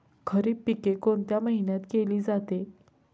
खरीप पिके कोणत्या महिन्यात केली जाते?